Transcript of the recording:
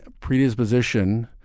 predisposition